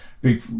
big